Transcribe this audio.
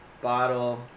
Bottle